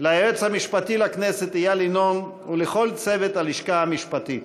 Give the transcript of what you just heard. ליועץ המשפטי לכנסת איל ינון ולכל צוות הלשכה המשפטית,